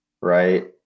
right